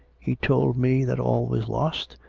he told me that all was lost,